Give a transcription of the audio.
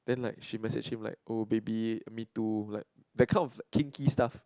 then like she message him like oh baby me too like that kind of kinky stuff